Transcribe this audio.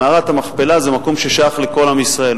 מערת המכפלה זה מקום ששייך לכל עם ישראל,